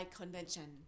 convention